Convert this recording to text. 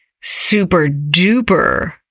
super-duper